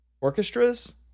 orchestras